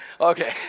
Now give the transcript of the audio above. Okay